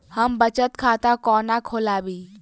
हम बचत खाता कोना खोलाबी?